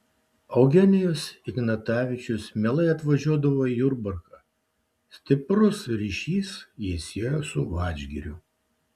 eugenijus ignatavičius mielai atvažiuodavo į jurbarką stiprus ryšys jį siejo su vadžgiriu